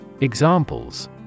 Examples